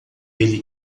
ele